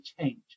change